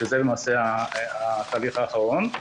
שזה למעשה התהליך האחרון.